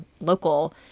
local